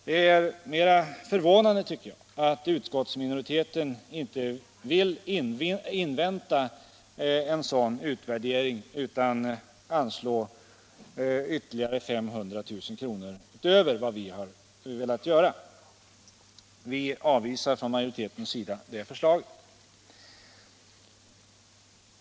Det är mer förvånande, tycker jag, att utskottsminoriteten inte vill invänta en sådan utvärdering utan vill anslå ytterligare 500 000 kr. utöver vad vi velat göra. Vi avvisar från majoritetens sida det förslaget.